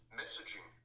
messaging